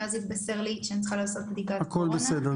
ואז התבשרתי שאני צריכה לעשות בדיקת קורונה.